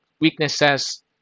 weaknesses